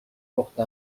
porte